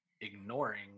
ignoring